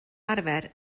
arfer